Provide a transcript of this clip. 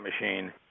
machine